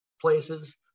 places